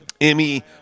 Emmy